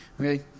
okay